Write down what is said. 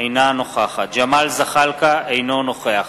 אינה נוכחת ג'מאל זחאלקה, אינו נוכח